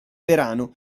verano